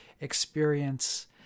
experience